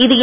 இது என்